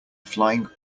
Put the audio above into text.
flying